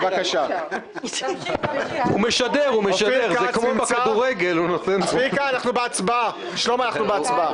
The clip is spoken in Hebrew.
אופיר כץ לא נוכח ניר ברקת,